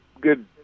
good